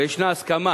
וישנה הסכמה